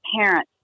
parents